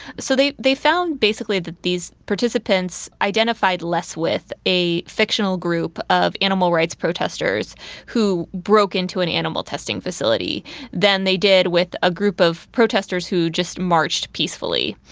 so they they found basically that these participants identified less with a fictional group of animal rights protesters who broke into an animal testing facility than they did with a group of protesters who just marched peacefully.